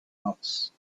else